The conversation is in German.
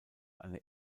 eine